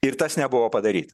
ir tas nebuvo padaryta